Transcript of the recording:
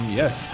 yes